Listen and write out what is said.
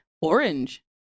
Orange